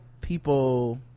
people